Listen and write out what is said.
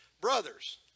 Brothers